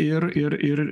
ir ir ir